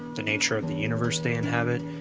the nature of the universe they inhabit,